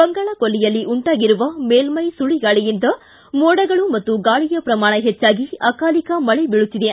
ಬಂಗಾಳ ಕೊಲ್ಲಿಯಲ್ಲಿ ಉಂಟಾಗಿರುವ ಮೇಲ್ವೈ ಸುಳಗಾಳಿಯಿಂದ ಮೋಡಗಳು ಮತ್ತು ಗಾಳಿಯ ಪ್ರಮಾಣ ಹೆಚ್ಚಾಗಿ ಅಕಾಲಿಕ ಮಳೆ ಬೀಳುತ್ತಿದೆ